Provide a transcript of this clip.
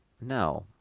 No